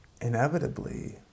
Inevitably